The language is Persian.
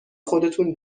خودتون